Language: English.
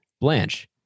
Blanche